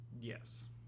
yes